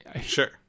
Sure